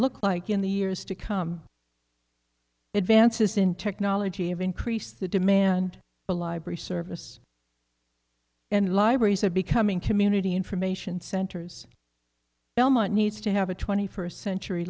look like in the years to come advances in technology of increase the demand for library service and libraries are becoming community information centers belmont needs to have a twenty first century